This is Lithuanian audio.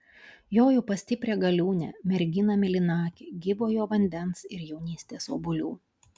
joju pas stiprią galiūnę merginą mėlynakę gyvojo vandens ir jaunystės obuolių